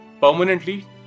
permanently